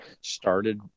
started